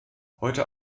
heute